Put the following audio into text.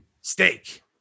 Steak